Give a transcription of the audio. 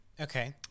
okay